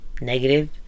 negative